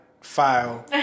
file